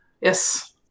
Yes